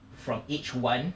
from age one